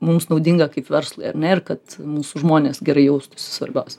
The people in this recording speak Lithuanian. mums naudinga kaip verslui ir kad mūsų žmonės gerai jaustųsi svarbiausia